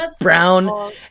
brown